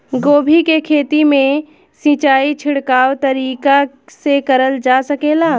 गोभी के खेती में सिचाई छिड़काव तरीका से क़रल जा सकेला?